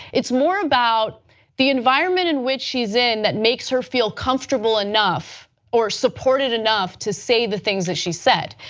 it's more about the environment in which she's in that makes her feel comfortable enough or supported enough to say the things that she said.